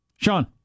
Sean